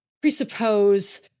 presuppose